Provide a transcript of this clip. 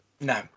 No